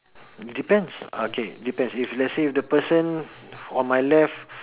depends okay depends let's say if the person on my left